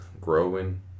growing